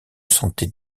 sentait